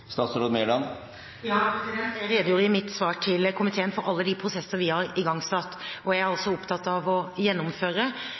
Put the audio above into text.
Jeg redegjorde i mitt svar til komiteen for alle de prosesser vi har igangsatt, og som jeg også er opptatt av å gjennomføre.